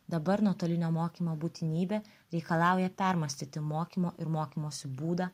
dabar nuotolinio mokymo būtinybė reikalauja permąstyti mokymo ir mokymosi būdą